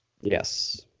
yes